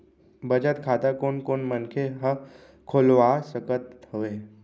बचत खाता कोन कोन मनखे ह खोलवा सकत हवे?